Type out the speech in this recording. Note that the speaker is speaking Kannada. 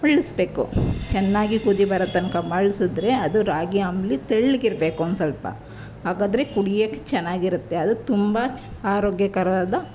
ಮರಳಿಸ್ಬೇಕು ಚೆನ್ನಾಗಿ ಕುದಿ ಬರೋ ತನಕ ಮರಳ್ಸಿದ್ರೆ ಅದು ರಾಗಿ ಅಂಬಲಿ ತೆಳ್ಳಗಿರಬೇಕು ಒಂದು ಸ್ವಲ್ಪ ಹಾಗಾದರೆ ಕುಡಿಯೋಕೆ ಚೆನ್ನಾಗಿರುತ್ತೆ ಅದು ತುಂಬ ಚ್ ಆರೋಗ್ಯಕರವಾದ